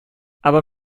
aber